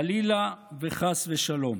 חלילה וחס ושלום.